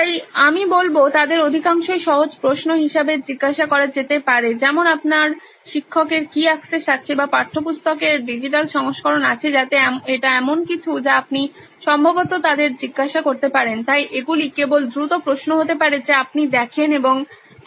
তাই আমি বলব তাদের অধিকাংশই সহজ প্রশ্ন হিসাবে জিজ্ঞাসা করা যেতে পারে যেমন আপনার শিক্ষকের কি অ্যাক্সেস আছে বা পাঠ্যপুস্তকের ডিজিটাল সংস্করণ আছে যাতে এটি এমন কিছু যা আপনি সম্ভবত তাদের জিজ্ঞাসা করতে পারেন তাই এগুলি কেবল দ্রুত প্রশ্ন হতে পারে যা আপনি দেখেন এবং